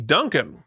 Duncan